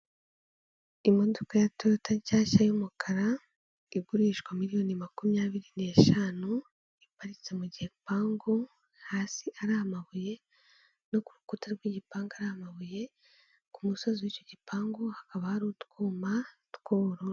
Imodoka ya Toyota nshyashya y'umukara, igurishwa miliyoni makumyabiri n'eshanu, iparitse mu gipangu, hasi ari amabuye, no ku rukuta rw'igipangu ari amabuye, ku musozi w'icyo gipangu hakaba hari utwuma t'ubururu.